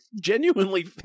genuinely